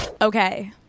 Okay